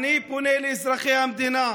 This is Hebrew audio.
אני פונה לאזרחי המדינה,